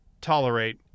tolerate